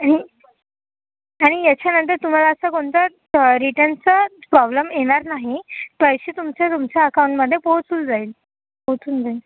आणि नाही ह्याच्यानंतर तुम्हाला असं कोणतं रिटर्नचं प्रॉब्लम येणार नाही पैसे तुमचे तुमच्या अकाऊन्टमध्ये पोहोचून जाईल पोहचून जाईल